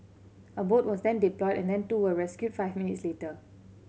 a boat was then deployed and then two were rescued five minutes later